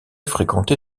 fréquenté